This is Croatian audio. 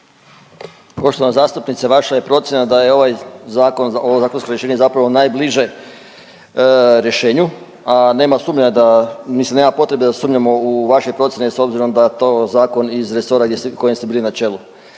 Poštovana zastupnice, vaša je procjena da je ovaj zakon, ovo zakonsko rješenje najbliže rješenju, a nema sumnje da, mislim nema potrebe da sumnjamo u vaše procijene s obzirom da je to zakon iz resora gdje ste, kojem ste bili na čelu.